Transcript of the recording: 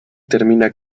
termina